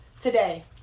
today